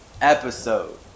episode